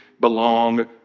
belong